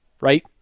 right